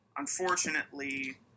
unfortunately